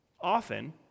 Often